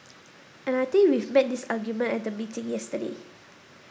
and I think we made this argument at the meeting yesterday